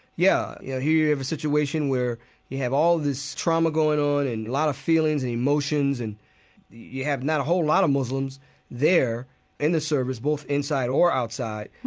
yeah here you have a situation where you have all this trauma going on and a lot of feelings and emotions, and you have not a whole lot of muslims there in the service, both inside or outside.